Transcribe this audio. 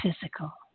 physical